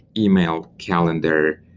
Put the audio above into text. email, calendar,